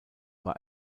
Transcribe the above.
war